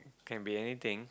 can be anything